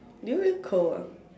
do you feel cold ah